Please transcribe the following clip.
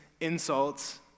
insults